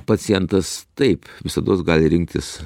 pacientas taip visados gali rinktis